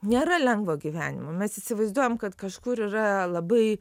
nėra lengvo gyvenimo mes įsivaizduojam kad kažkur yra labai